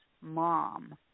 mom